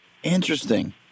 Interesting